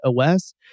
OS